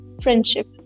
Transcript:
friendship